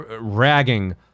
ragging